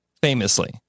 famously